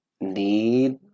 need